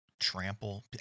Trample